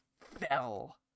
fell